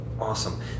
Awesome